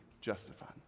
justified